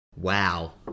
Wow